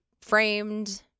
framed